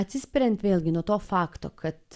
atsispiriant vėlgi nuo to fakto kad